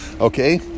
okay